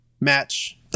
match